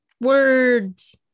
Words